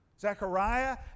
Zechariah